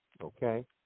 okay